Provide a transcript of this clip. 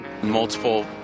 Multiple